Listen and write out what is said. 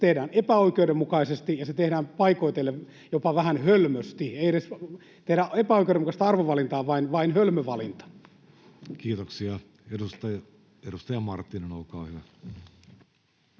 se tehdään epäoikeudenmukaisesti ja se tehdään paikoitellen jopa vähän hölmösti, ei edes tehdä epäoikeudenmukaista arvovalintaa, vaan vain hölmö valinta. [Speech 291] Speaker: Jussi Halla-aho